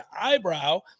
eyebrow –